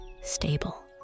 stable